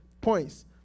points